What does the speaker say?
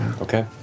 Okay